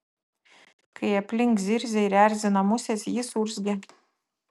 kai aplink zirzia ir erzina musės jis urzgia